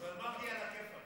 אבל מרגי עלא כיפאק.